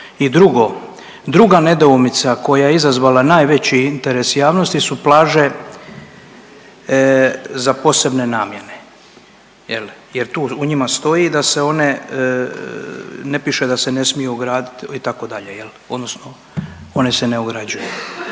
I drugo, druga nedoumica koja je izazvala najveći interes javnosti su plaže za posebne namjene, jer tu u njima stoji da se one, ne piše da se ne smiju ograditi itd. odnosno one se ne ograđuju.